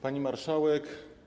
Pani Marszałek!